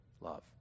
love